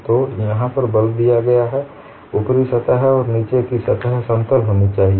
तो यहाँ पर बल दिया गया है ऊपरी सतह और नीचे की सतह समतल होनी चाहिए